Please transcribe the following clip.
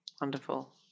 Wonderful